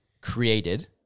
created